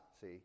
see